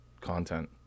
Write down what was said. content